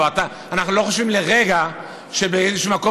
אנחנו לא חושבים לרגע שבאיזשהו מקום